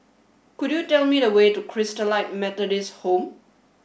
could you tell me the way to Christalite Methodist Home